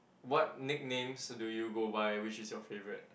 what nicknames do you go by which is your favourite